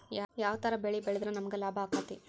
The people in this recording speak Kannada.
ಯಾವ ತರ ಬೆಳಿ ಬೆಳೆದ್ರ ನಮ್ಗ ಲಾಭ ಆಕ್ಕೆತಿ?